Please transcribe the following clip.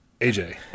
AJ